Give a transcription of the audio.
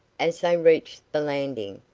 as they reached the landing,